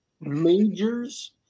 majors